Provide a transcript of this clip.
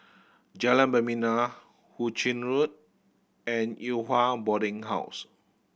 Jalan Membina Hu Ching Road and Yew Hua Boarding House